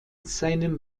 seinem